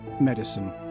medicine